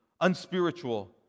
unspiritual